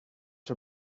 her